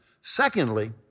Secondly